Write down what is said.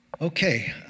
Okay